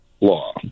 law